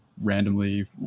randomly